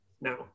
now